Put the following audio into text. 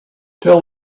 tell